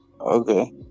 okay